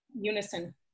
Unison